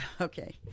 Okay